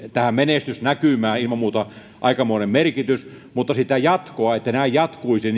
tälle menestysnäkymälle ilman muuta aikamoinen merkitys mutta sitä jatkoa että näin jatkuisi